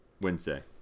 Wednesday